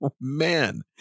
man